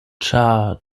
ĉar